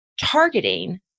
targeting